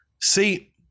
see